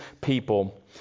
people